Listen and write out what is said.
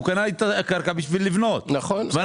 הוא קנה את הקרקע כדי לבנות ואנחנו